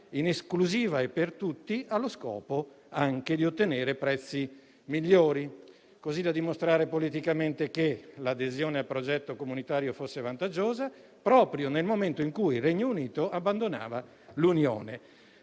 in esclusiva e per tutti, allo scopo anche di ottenere prezzi migliori, così da dimostrare politicamente che l'adesione al progetto comunitario fosse vantaggiosa proprio nel momento in cui il Regno Unito abbandonava l'Unione.